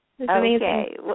Okay